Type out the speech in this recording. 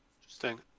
Interesting